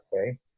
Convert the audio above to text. okay